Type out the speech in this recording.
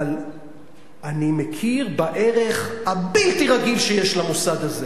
אבל אני מכיר בערך הבלתי-רגיל שיש למוסד הזה.